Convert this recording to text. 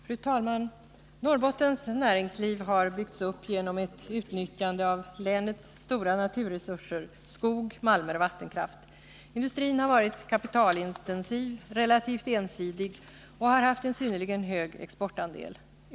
Fru talman! Norrbottens näringsliv har byggts upp genom ett utnyttjande av länets stora naturresurser skog, malmer och vattenkraft. Industrin har varit kapitalintensiv, relativt ensidig och har haft en synnerligen hög exportandel.